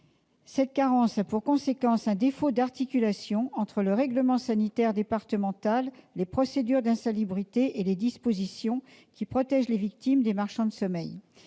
Cette carence a pour conséquence un défaut d'articulation entre le règlement sanitaire départemental, les procédures d'insalubrité et les dispositions qui protègent les victimes des marchands de sommeil.